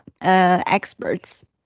experts